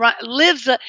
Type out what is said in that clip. lives